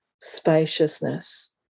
spaciousness